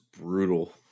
brutal